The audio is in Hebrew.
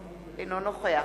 אינו נוכח